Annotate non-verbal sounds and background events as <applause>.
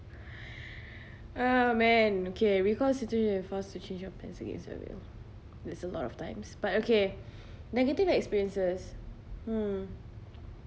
<breath> uh man okay because you don't have to be forced to change your plans against your will there's a lot of times but okay negative experiences hmm